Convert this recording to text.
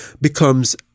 becomes